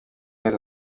mezi